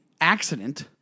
accident